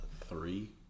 three